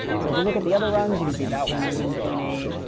so if we look at the other runs, you can see that one was one point eight.